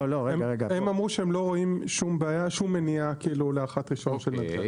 הם אמרו שהם לא רואים שום מניעה להארכת רישיון של נתג"ז.